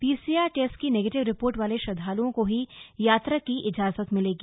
PCR test की negative report वाले श्रदधालुओं को ही यात्रा की इजाजत मिलेगी